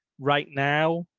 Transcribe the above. right now,